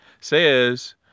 says